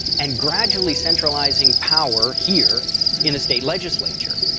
and gradually centralizing power here in the state legislature.